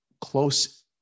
close